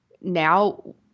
now